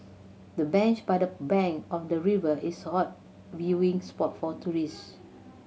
the bench by the bank of the river is hot viewing spot for tourists